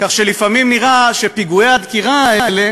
כך שלפעמים נראה שפיגועי הדקירה האלה